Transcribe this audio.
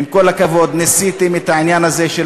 עם כל הכבוד: ניסיתם את העניין הזה של